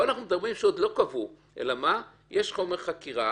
פה אנחנו מדברים שעוד לא קבעו, אלא שיש חומר חקירה